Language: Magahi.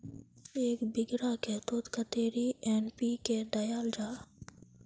एक बिगहा खेतोत कतेरी एन.पी.के दियाल जहा?